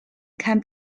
can